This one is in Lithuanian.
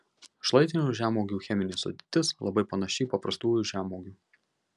šlaitinių žemuogių cheminė sudėtis labai panaši į paprastųjų žemuogių